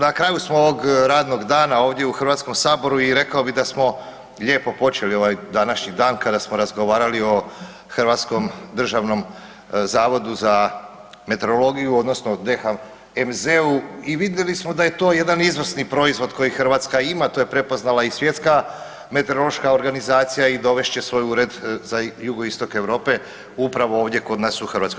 Na kraju smo ovog radnog dana ovdje u HS-u i rekao bih da smo lijepo počeli ovaj današnji dan kada smo razgovarali o Hrvatskom državnom zavodu za meteorologiju odnosno DHMZ-u i vidjeli smo da je to jedan izvrsni proizvod koji Hrvatska ima, to je prepoznala i Svjetska meteorološka organizacija i dovest će svoj ured za jugoistok Europe upravo ovdje kod nas u Hrvatskoj.